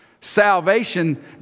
Salvation